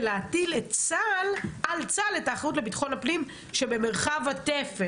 ולהטיל על צה"ל את האחריות לביטחון הפנים שבמרחב התפר